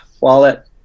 wallet